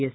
S